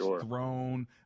thrown